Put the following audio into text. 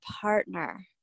partner